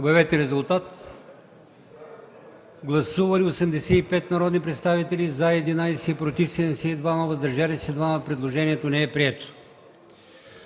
от комисията. Гласували 90 народни представители: за 12, против 76, въздържали се 2. Предложението не е прието.